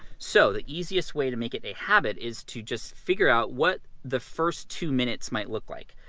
so the easiest way to make it a habit is to just figure out what the first two minutes might look like.